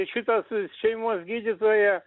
šitas šeimos gydytoja